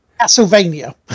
Castlevania